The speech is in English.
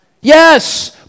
Yes